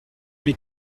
mais